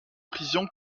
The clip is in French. prisons